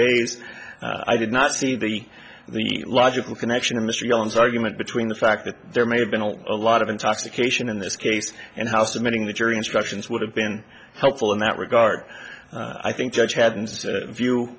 days i did not see the the logical connection a mystery illness argument between the fact that there may have been a lot of intoxication in this case and how submitting the jury instructions would have been helpful in that regard i think judge haddon's view